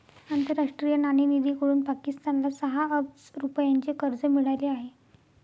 आंतरराष्ट्रीय नाणेनिधीकडून पाकिस्तानला सहा अब्ज रुपयांचे कर्ज मिळाले आहे